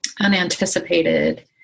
unanticipated